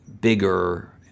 bigger